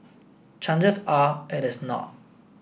chances are it is not